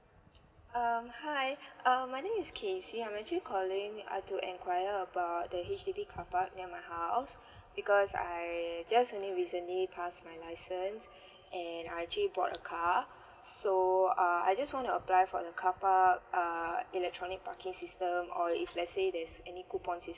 um hi um my name is kesy I'm actually calling uh to enquire about the H_D_B car park near my house because I just only recently passed my license and I actually bought a car so uh I just want to apply for the car park err electronic parking system or if let's say there's any coupon sys~